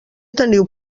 teniu